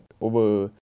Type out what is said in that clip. over